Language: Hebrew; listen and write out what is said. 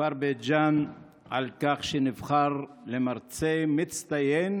מהכפר בית ג'ן על כך שנבחר למרצה מצטיין